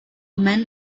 men